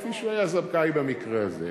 כפי שהוא היה זכאי במקרה הזה.